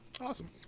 Awesome